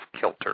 kilter